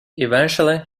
eventually